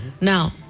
Now